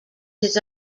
his